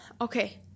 okay